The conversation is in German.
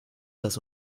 dass